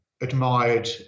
admired